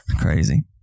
Crazy